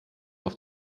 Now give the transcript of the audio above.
auf